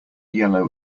yellow